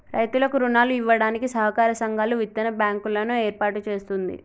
రైతులకు రుణాలు ఇవ్వడానికి సహకార సంఘాలు, విత్తన బ్యాంకు లను ఏర్పాటు చేస్తుంది